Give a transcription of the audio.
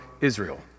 Israel